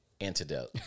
antidote